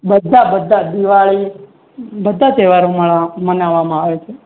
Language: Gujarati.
બધા બધા દિવાળી બધા તહેવારો મનાવવામાં આવે છે